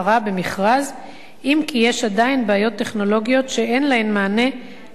אם כי יש עדיין בעיות טכנולוגיות שאין להן מענה לעניין הפרות המעצר.